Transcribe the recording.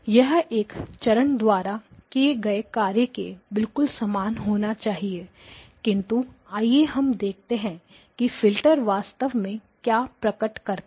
यह एक चरण द्वारा किए गए कार्य के बिल्कुल समान होना चाहिए किंतु आइए हम देखते हैं कि फिल्टर वास्तव में क्या प्रकट करते हैं